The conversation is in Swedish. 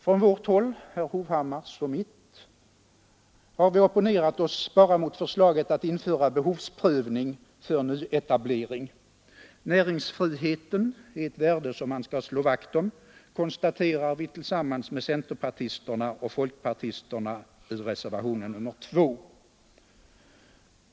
Från vårt håll, herr Hovhammars och mitt, har vi opponerat oss bara mot förslaget att införa behovsprövning för nyetablering. Näringsfriheten är ett värde som vi skall slå vakt om, konstaterar vi tillsammans med centerpartisterna och folkpartisterna i reservationen 2.